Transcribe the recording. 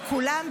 וכולם,